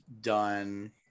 done